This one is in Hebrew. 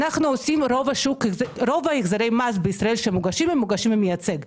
רוב החזרי המס בישראל שמוגשים מוגשים עם מייצג.